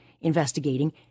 investigating